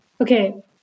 okay